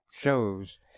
shows